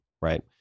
right